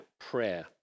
prayer